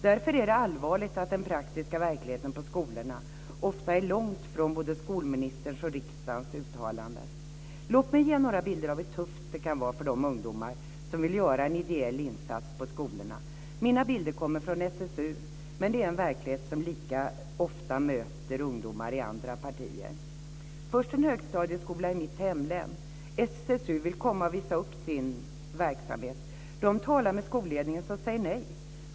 Därför är det allvarligt att den praktiska verkligheten på skolorna ofta är långt från både skolministerns och riksdagens uttalanden. Låt mig ge några bilder av hur tufft det kan vara för de ungdomar som vill göra en ideell insats på skolorna. Mina bilder kommer från SSU, men det är en verklighet som lika ofta möter ungdomar i andra partier. Först är det en högstadieskola i mitt hemlän. SSU vill komma och visa upp sin verksamhet. De talar med skolledningen, som säger nej.